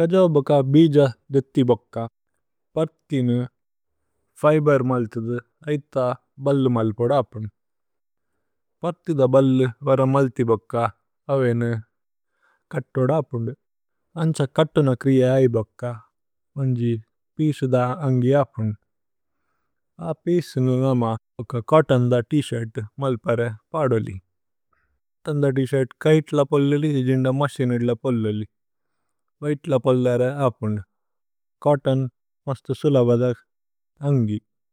കജ ബോക ബിജ। ദേത്തി ബോക പര്ഥിനു ഫൈബര്। മല്ഥിദു ഐഥ ബല്ല് മല്പോദാപുന് പര്ഥി ദ। ബല്ല് വര മല്ഥി ബോക അവേനു കത്തോദാപുന്। അന്ഛ കത്തുന ക്രിയ ആയി ബോക വന്ജി പീസു। ദ അന്ഗി ആപുന് അ പീസു നു നമ ഓക ചോത്തോന്। ദ ത് ശിര്ത് മല്പ്രഏ പദോലി ഛോത്തോന് ദ ത് ശിര്ത്। കൈത്ല പോല്ലോലി ഇജിന്ദ മസിന ഇദ്ല പോല്ലോലി। വൈത്ല പോല്ലര ആപുന് ഛോത്തോന് മസ്തു സുലവദ അന്ഗി।